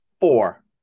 four